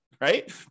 right